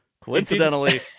coincidentally